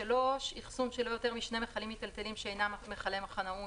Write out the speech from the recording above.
אחסון של לא יותר משני מכלים מיטלטלים שאינם מכלי מחנאות,